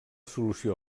solució